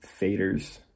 faders